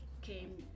came